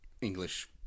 English